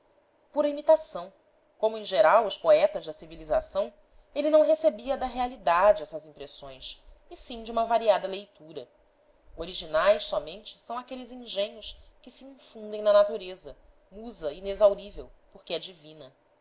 pura imitação como em geral os poetas da civilização ele não recebia da realidade essas impressões e sim de uma variada leitura originais somente são aqueles engenhos que se infundem na natureza musa inexaurível porque é divina